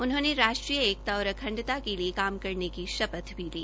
उन्होने राष्ट्रीय एकता और अखंडता के लिए काम करने की शपथ भी ली